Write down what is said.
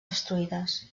destruïdes